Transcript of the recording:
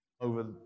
over